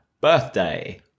Birthday